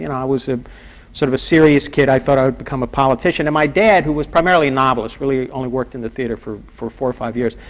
and i was ah sort of a serious kid. i thought i would become a politician. and my dad, who was primarily a novelist, really only worked in the theatre for for four or five years,